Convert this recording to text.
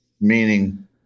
Meaning